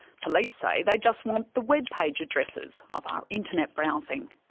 police say they just want the web page addresses of our internet browsing.